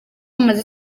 amaze